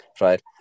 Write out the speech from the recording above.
Right